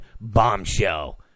bombshell